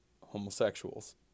homosexuals